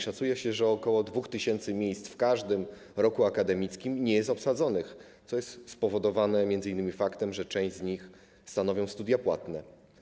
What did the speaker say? Szacuje się, że ok. 2 tys. miejsc w każdym roku akademickim nie jest obsadzonych, co jest spowodowane m.in. faktem, że część z tych studiów jest płatna.